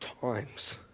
times